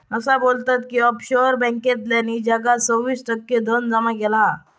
असा बोलतत की ऑफशोअर बॅन्कांतल्यानी जगाचा सव्वीस टक्के धन जमा केला हा